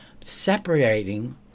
separating